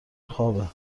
خوابه